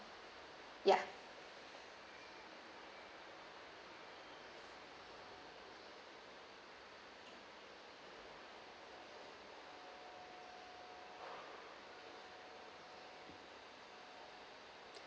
ya